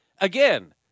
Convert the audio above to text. again